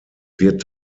wird